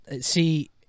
see